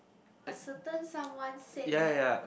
a certain someone said that